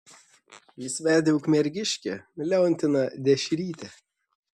jis vedė ukmergiškę leontiną dešrytę